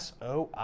SOI